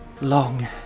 long